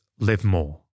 LIVEMORE